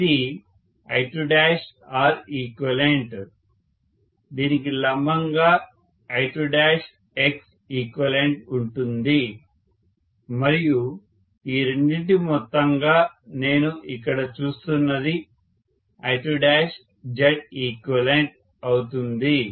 ఇది I2Req దీనికి లంబంగా I2Xeqఉంటుంది మరియు ఈ రెండింటి మొత్తంగా నేను ఇక్కడ చూస్తున్నది I2Zeq అవుతుంది